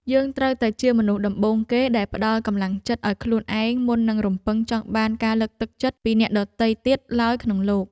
យើងត្រូវតែជាមនុស្សដំបូងគេដែលផ្ដល់កម្លាំងចិត្តឱ្យខ្លួនឯងមុននឹងរំពឹងចង់បានការលើកទឹកចិត្តពីអ្នកដទៃទៀតឡើយក្នុងលោក។